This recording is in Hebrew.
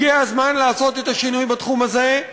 הגיע הזמן לעשות את השינוי בתחום הזה,